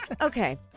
Okay